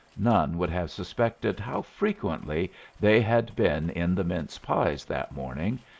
none would have suspected how frequently they had been in the mince-pies that morning,